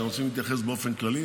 אתם רוצים להתייחס באופן כללי?